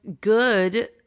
good